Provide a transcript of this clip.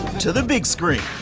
to the big screen.